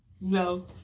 No